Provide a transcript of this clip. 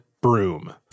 broom